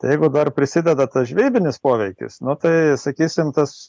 jeigu dar prisideda tas žvejybinis poveikis nu tai sakysim tas